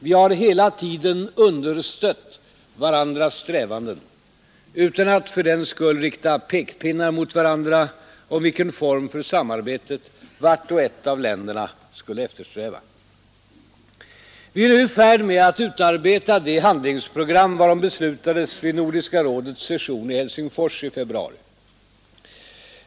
Vi har hela tiden understött varandras strävanden, utan att fördenskull rikta pekpinnar mot varandra om vilken form för samarbetet vart och ett av länderna skulle eftersträva. Vi är nu i färd med att utarbeta det handlingsprogram varom beslutades vid Nordiska rådets session i Helsingfors i februari.